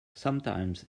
sometimes